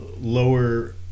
lower